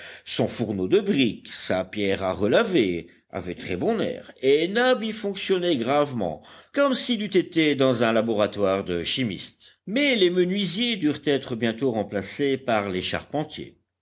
son fourneau de briques sa pierre à relaver avait très bon air et nab y fonctionnait gravement comme s'il eût été dans un laboratoire de chimiste mais les menuisiers durent être bientôt remplacés par les charpentiers